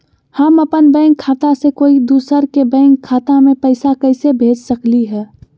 हम अपन बैंक खाता से कोई दोसर के बैंक खाता में पैसा कैसे भेज सकली ह?